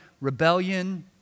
rebellion